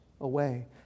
away